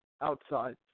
outside